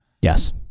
Yes